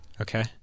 Okay